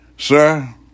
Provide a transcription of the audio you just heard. Sir